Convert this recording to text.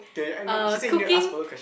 uh cooking